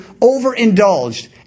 overindulged